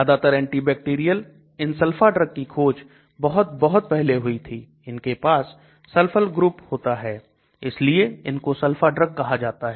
ज्यादातर एंटीबैक्टीरियल इन sulpha drug की खोज बहुत बहुत पहले हुई थी इनके पास सल्फर ग्रुप होता है इसलिए इनको सल्फा ड्रग कहा जाता है